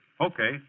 Okay